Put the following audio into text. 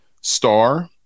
star